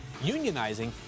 unionizing